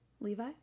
Levi